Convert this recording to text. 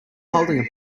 holding